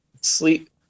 Sleep